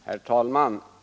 Herr talman!